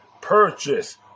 purchase